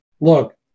look